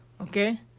Okay